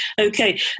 Okay